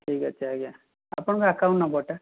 ଠିକ୍ ଅଛି ଆଜ୍ଞା ଆପଣଙ୍କ ଆକାଉଣ୍ଟ୍ ନମ୍ବର୍ଟା